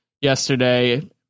yesterday